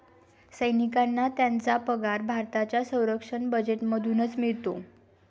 सैनिकांना त्यांचा पगार भारताच्या संरक्षण बजेटमधूनच मिळतो